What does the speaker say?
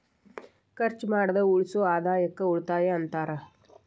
ಖರ್ಚ್ ಮಾಡ್ದ ಉಳಿಸೋ ಆದಾಯಕ್ಕ ಉಳಿತಾಯ ಅಂತಾರ